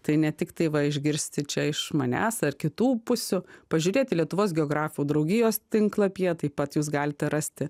tai ne tiktai va išgirsti čia iš manęs ar kitų pusių pažiūrėti lietuvos geografų draugijos tinklapyje taip pat jūs galite rasti